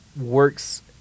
works